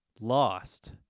Lost